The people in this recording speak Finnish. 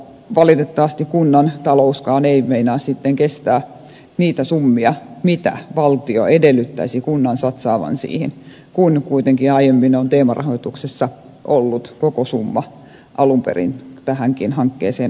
valitettavasti kunnan talouskaan ei meinaa kestää niitä summia mitä valtio edellyttäisi kunnan satsaavan siihen kun kuitenkin aiemmin on teemarahoituksessa ollut koko summa alun perin tähänkin hankkeeseen olemassa